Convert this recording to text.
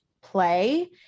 play